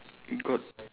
got